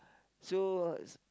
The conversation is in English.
so